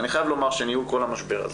אני חייב להגיד שניהול כל המשבר הזה,